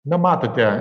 na matote